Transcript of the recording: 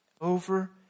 over